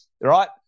right